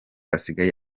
asigaye